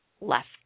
left